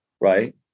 right